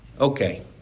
Okay